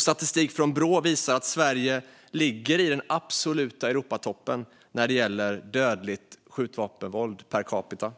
Statistik från Brå visar att Sverige ligger i den absoluta Europatoppen när det gäller dödligt skjutvapenvåld per capita.